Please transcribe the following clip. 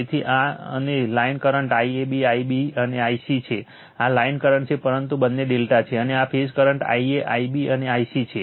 તેથી અને આ line current Ia Ib Ic છે આ લાઇન કરંટ છે પરંતુ બંને ∆ છે અને આ phase current Ia Ib Ic છે